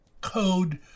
code